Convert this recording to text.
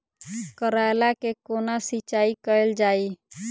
करैला केँ कोना सिचाई कैल जाइ?